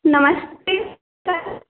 नमस्ते सर